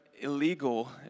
illegal